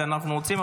ואנחנו רוצים,